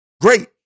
great